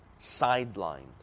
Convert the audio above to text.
sidelined